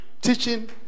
teaching